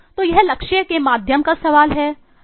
तो यह लक्ष्य के मध्यम का सवाल है